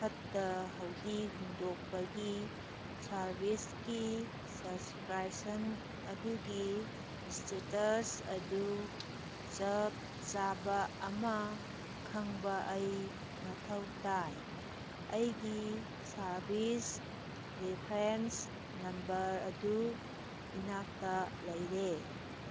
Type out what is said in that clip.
ꯐꯠꯇ ꯍꯥꯎꯗꯤ ꯍꯨꯟꯗꯣꯛꯄꯒꯤ ꯁꯥꯔꯕꯤꯁꯀꯤ ꯁꯕꯁꯀ꯭ꯔꯥꯏꯕꯁꯟ ꯑꯗꯨꯒꯤ ꯏꯁꯇꯦꯇꯁ ꯑꯗꯨ ꯆꯞ ꯆꯥꯕ ꯑꯃ ꯈꯪꯕ ꯑꯩ ꯃꯊꯧ ꯇꯥꯏ ꯑꯩꯒꯤ ꯁꯥꯔꯕꯤꯁ ꯔꯤꯐ꯭ꯔꯦꯟꯁ ꯅꯝꯕꯔ ꯑꯗꯨ ꯏꯅꯥꯛꯇ ꯂꯩꯔꯦ